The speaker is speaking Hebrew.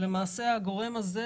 למעשה הגורם הזה,